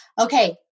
okay